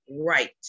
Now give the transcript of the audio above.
right